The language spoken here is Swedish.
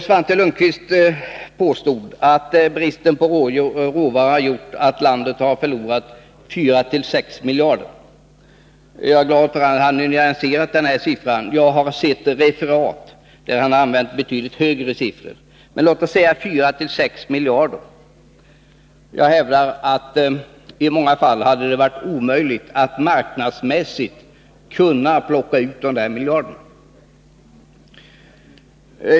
Svante Lundkvist påstod att bristen på råvara har gjort att landet har förlorat 4-6 miljarder. Jag är glad att han nyanserat siffran. Jag har sett referat där han har använt betydligt högre siffror. Men låt oss säga 4-6 miljarder. Jag hävdar att det i många fall hade varit omöjligt att marknadsmässigt plocka ut de där miljarderna.